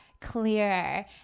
clearer